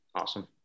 Awesome